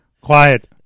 Quiet